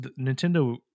Nintendo